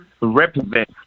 represent